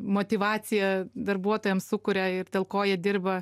motyvaciją darbuotojam sukuria ir dėl ko jie dirba